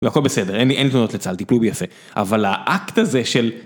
והכל בסדר, אין לי, אין לי תלונות לצה״ל, טיפלו בי יפה. אבל האקט הזה של...